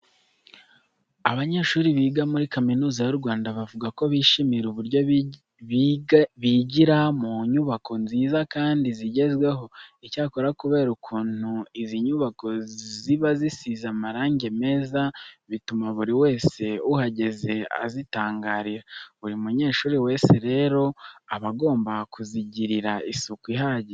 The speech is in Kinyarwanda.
Abanyeshuri biga muri Kaminuza y'u Rwanda bavuga ko bishimira uburyo bigira mu nyubako nziza kandi zigezweho. Icyakora kubera ukuntu izi nyubako ziba zisize amarange meza, bituma buri wese uhageze azitangarira. Buri munyeshuri wese rero aba agomba kuzigirira isuku ihagije.